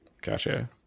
Gotcha